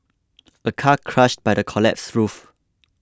a car crushed by the collapsed roof